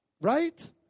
Right